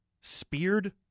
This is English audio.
speared